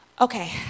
Okay